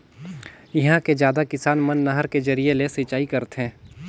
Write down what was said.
इहां के जादा किसान मन नहर के जरिए ले सिंचई करथे